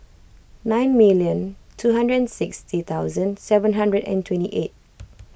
nine million two hundred and sixty thousand seven hundred and twenty eight